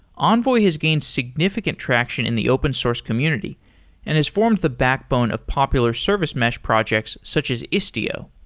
envoy has gained significant traction in the open source community and has formed the backbone of popular service mesh projects such as istio.